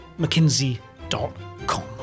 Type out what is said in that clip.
mckinsey.com